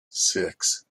six